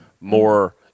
more